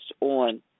on